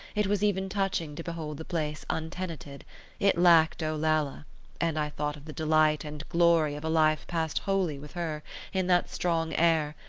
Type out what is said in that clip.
it was even touching to behold the place untenanted it lacked olalla and i thought of the delight and glory of a life passed wholly with her in that strong air,